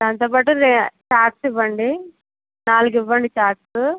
దానితో పాటు రె ఛార్ట్స్ ఇవ్వండి నాలుగు ఇవ్వండి చార్ట్సు